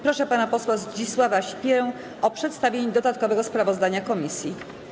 Proszę pana posła Zdzisława Sipierę o przedstawienie dodatkowego sprawozdania komisji.